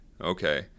okay